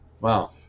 Wow